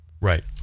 Right